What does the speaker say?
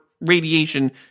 radiation